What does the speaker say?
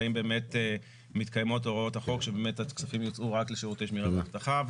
והאם מתקיימות הוראות החוק שהכספים ייצאו רק לשירותי שמירה ואבטחה?